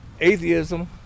atheism